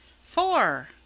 Four